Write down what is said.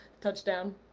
touchdown